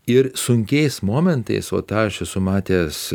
ir sunkiais momentais va tą aš esu matęs